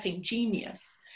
genius